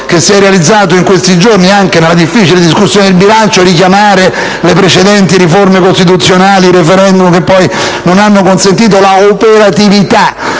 che si è realizzato in questi giorni, anche nella difficile discussione del bilancio, richiamare precedenti riforme costituzionali e il *referendum* che non ha consentito l'operatività